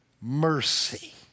mercy